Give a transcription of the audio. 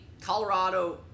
Colorado